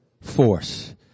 Force